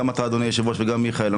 גם אתה אדוני היושב ראש וגם מיכאל,